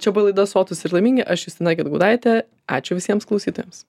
čia buvo laida sotūs ir laimingi aš justina gedgaudaitė ačiū visiems klausytojams